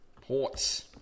Ports